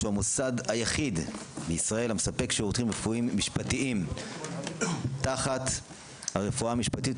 שהוא המוסד היחיד בישראל המספק שירותים רפואיים תחת הרפואה המשפטית,